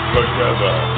Together